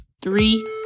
Three